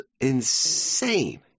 insane